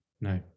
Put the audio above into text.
no